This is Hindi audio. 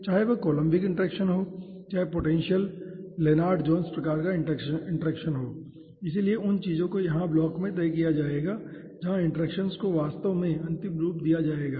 चाहे वह कोलम्बिक इंटरेक्शन हो चाहे पोटेंशियल लेनार्ड जोन्स प्रकार का इंटरेक्शन हो इसलिए उन चीजों को यहां इस ब्लॉक में तय किया जाएगा जहां इंटरेक्शन्स को वास्तव में अंतिम रूप दिया जाएगा